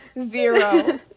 zero